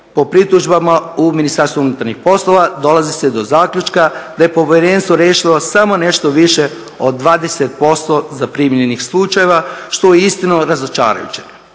po pritužbama u Ministarstvu unutarnjih poslova dolazi se do zaključka da je povjerenstvo riješilo samo nešto više od 20% zaprimljenih slučajeva što je uistinu razočarajuće.